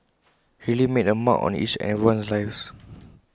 he really made A mark on each and everyone's life